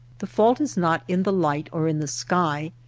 the fault is not in the light or in the sky,